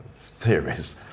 theories